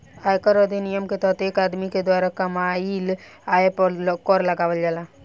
आयकर अधिनियम के तहत एक आदमी के द्वारा कामयिल आय पर कर लगावल जाला